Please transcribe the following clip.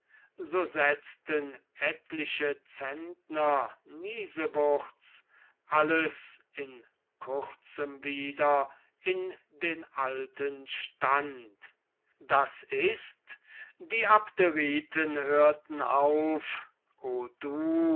so setzten etliche pfund niesewurz alles in kurzem wieder in den alten stand d i die abderiten hörten auf o du